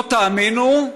לא תאמינו,